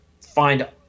find